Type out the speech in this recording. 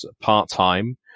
part-time